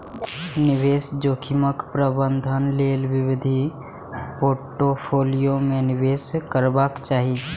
निवेश जोखिमक प्रबंधन लेल विविध पोर्टफोलियो मे निवेश करबाक चाही